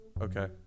okay